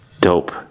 Dope